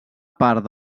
part